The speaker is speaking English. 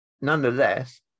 nonetheless